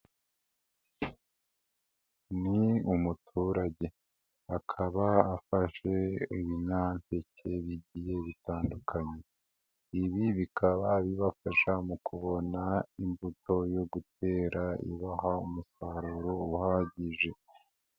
Ni umuturage akaba afashe ibinyampeke bigiye bitandukanye, ibi bikaba bibafasha mu kubona imbuto yo gutera ibaha umusaruro uhagije.